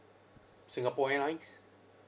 Singapore Airlines